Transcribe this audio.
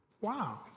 wow